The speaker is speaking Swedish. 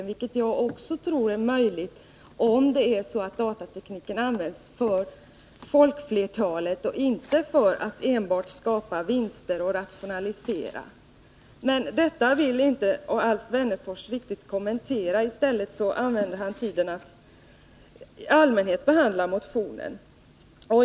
Även jag tror att en sådan är möjlig, om datatekniken används för folkflertalet och inte för att enbart skapa vinster och rationalisera. Men detta vill inte Alf Wennerfors riktigt kommentera. I stället använder han tiden till att allmänt behandla motionen.